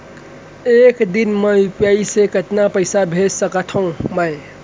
एक दिन म यू.पी.आई से कतना रुपिया भेज सकत हो मैं?